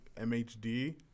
MHD